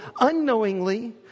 unknowingly